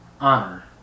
honor